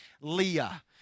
Leah